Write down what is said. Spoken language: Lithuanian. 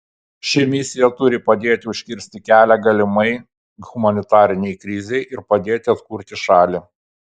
ši misija turi padėti užkirsti kelią galimai humanitarinei krizei ir padėti atkurti šalį